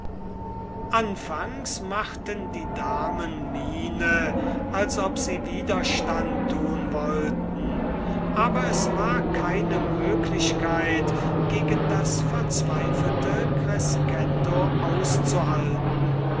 anfangs machten die damen miene als ob sie widerstand tun wollten aber es war keine möglichkeit gegen das verzweifelte crescendo auszuhalten